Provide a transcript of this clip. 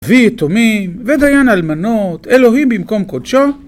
ויתומים ודיין אלמנות, אלוהים במקום קודשו?